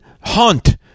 hunt